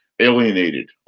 alienated